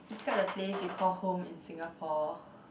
skype the face you call home in Singapore